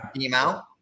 email